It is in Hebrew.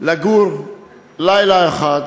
לגור לילה אחד